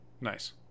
Nice